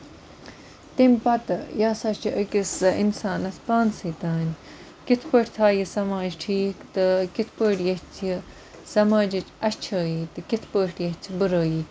تَمہِ پَتہٕ یہِ ہَسا چھُ أکِس اِنسانس پانسٕے تام کِتھٕ پٲٹھۍ تھاوِو سَماج ٹھیٖک تہٕ کِتھٕ پٲٹھۍ ییٚژھِ سَماجِچ اَچھٲیی تہٕ کِتھٕ پٲٹھۍ ییٚژھِ بُرٲیی